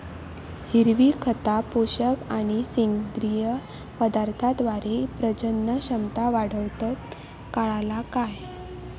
हिरवी खता, पोषक आणि सेंद्रिय पदार्थांद्वारे प्रजनन क्षमता वाढवतत, काळाला काय?